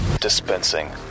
Dispensing